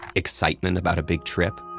excitement about a big trip?